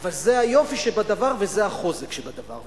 אבל זה היופי שבדבר וזה החוזק שבדבר.